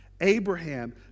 Abraham